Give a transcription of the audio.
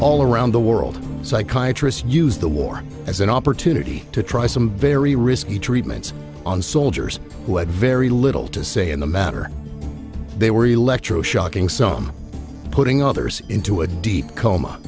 all around the world psychiatry used the war as an opportunity to try some very risky treatments on soldiers who had very little to say in the matter they were electro shocking some putting others into a deep coma